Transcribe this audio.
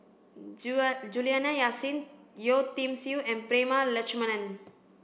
Juliana Yasin Yeo Tiam Siew and Prema Letchumanan